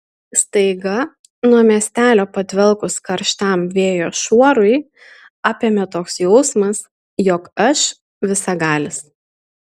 staiga nuo miestelio padvelkus karštam vėjo šuorui apėmė toks jausmas jog aš visagalis